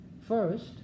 First